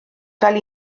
fel